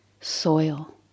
soil